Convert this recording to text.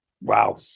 wow